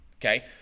okay